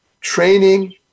training